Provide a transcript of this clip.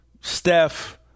Steph